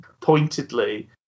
pointedly